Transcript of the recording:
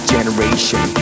Generation